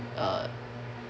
uh